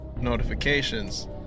notifications